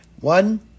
One